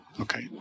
Okay